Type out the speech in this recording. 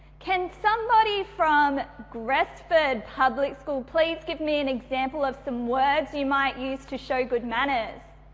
can somebody from gresford public school please give me an example of some words you might use to show good manners?